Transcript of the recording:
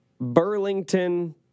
Burlington